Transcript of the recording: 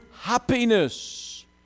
happiness